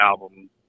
album